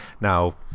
now